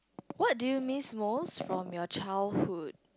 what do you miss most from your childhood